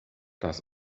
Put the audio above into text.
das